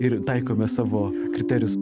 ir taikome savo kriterijus